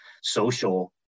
social